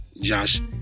Josh